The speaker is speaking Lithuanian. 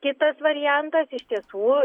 kitas variantas iš tiesų